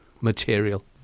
material